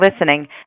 listening